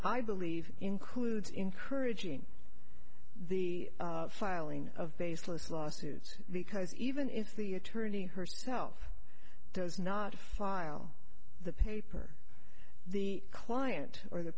i believe includes encouraging the filing of baseless lawsuits because even if the attorney herself does not file the paper the client or the